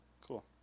cool